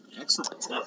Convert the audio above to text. Excellent